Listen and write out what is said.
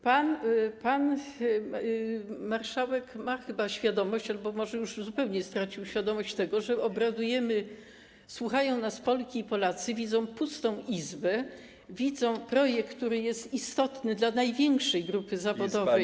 Pan marszałek ma chyba świadomość albo może już zupełnie stracił świadomość tego, że obradujemy, że słuchają nas Polki i Polacy, że widzą pustą Izbę, że widzą projekt, który jest istotny dla największej grupy zawodowej w Polsce.